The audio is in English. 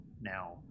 now